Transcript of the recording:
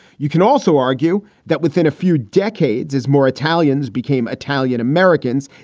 you can also argue that within a few decades is more italians became italian americans.